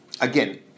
again